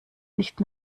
nicht